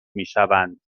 میشوند